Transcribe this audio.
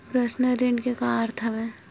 Personal ऋण के का अर्थ हवय?